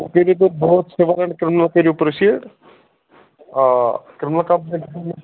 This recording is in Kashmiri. twenty four hundred seven criminal کٔرِو پرٛوسیٖڈ آ کریمنل